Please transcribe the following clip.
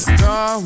Star